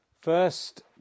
First